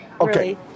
Okay